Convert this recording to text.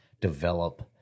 develop